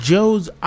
Joe's